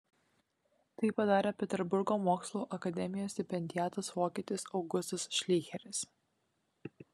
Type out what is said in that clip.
tai padarė peterburgo mokslų akademijos stipendiatas vokietis augustas šleicheris